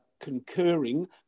concurring